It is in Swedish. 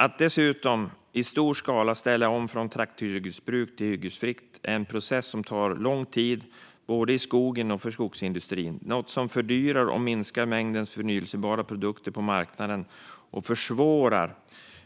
Att dessutom i stor skala ställa om från trakthyggesbruk till hyggesfritt är en process som tar lång tid, både i skogen och för skogsindustrin. Det är något som fördyrar och minskar mängden förnybara produkter på marknaden och försvårar